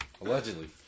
Allegedly